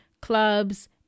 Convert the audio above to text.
clubs